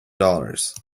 dollars